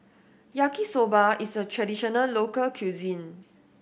Yaki Soba is a traditional local cuisine